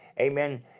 amen